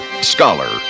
scholar